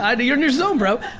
and you're in your zone bro.